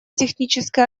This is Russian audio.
технической